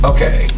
Okay